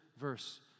verse